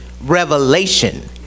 revelation